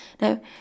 Now